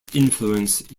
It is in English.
influence